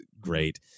Great